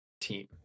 team